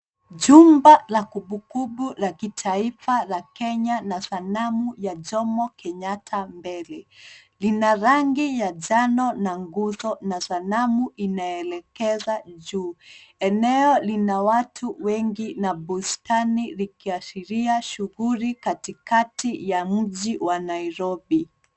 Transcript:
Jumba la kumbukumbuku la kitaifa la Kenya na sanamu ya Jomo Kenyatta mbele. Lina rangi ya njano na nguzo na sanamu inayoelekeza juu. Eneo lina watu wengi na bustani likiashiria shughuli katikati wa mji wa Nairobi.